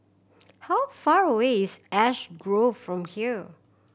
how far away is Ash Grove from here